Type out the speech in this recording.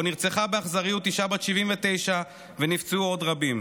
נרצחה באכזריות אישה בת 79 ונפצעו עוד רבים,